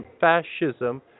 fascism